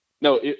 No